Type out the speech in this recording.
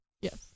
Yes